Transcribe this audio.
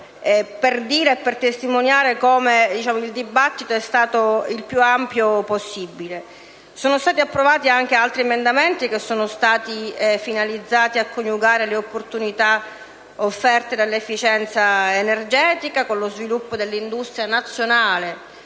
taglia: ciò testimonia che il dibattito è stato il più ampio possibile. Sono stati approvati anche altri emendamenti finalizzati a coniugare le opportunità offerte dall'efficienza energetica con lo sviluppo della nostra industria nazionale